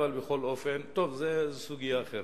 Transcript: זו סוגיה אחרת.